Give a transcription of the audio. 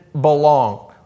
belong